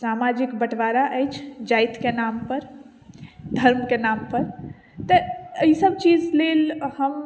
सामाजिक बँटवारा अछि जाइत के नाम पर धर्म के नाम पर तऽ एहि सब चीज लेल हम